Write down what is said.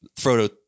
Frodo